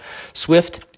Swift